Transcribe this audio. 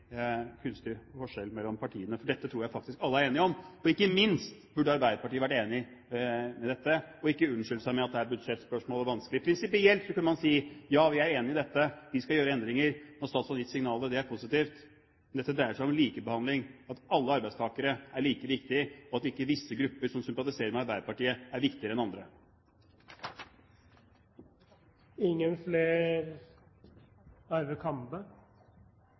forskjell mellom partiene, for dette tror jeg alle er enige om. Ikke minst burde Arbeiderpartiet vært enig i dette, og ikke unnskyldt seg med at det er et budsjettspørsmål og vanskelig. Prinsipielt kunne man ha sagt: Ja, vi er enig i dette, vi skal gjøre endringer. Nå har statsråden gitt signal om det. Det er positivt. Men dette dreier seg om likebehandling, at alle arbeidstakere er like viktige, og at visse grupper som sympatiserer med Arbeiderpartiet, ikke er viktigere enn andre.